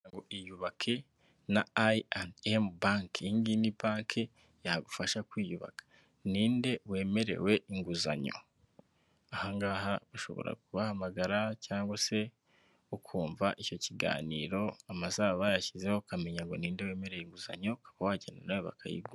Ngo iyubake na I and M Banki, iyi ngiyi ni banki yagufasha kwiyubaka, ni inde wemerewe inguzanyo? aha ngaha ushobora kubahamagara cyangwa se ukumva icyo kiganiro amasaha baba bayashyizeho, ukamenya ngo ni inde wemere inguzanyo, ukaba wagenda nawe bakayiguha.